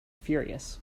furious